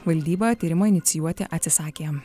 valdyba tyrimą inicijuoti atsisakė